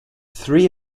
three